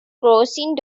grossing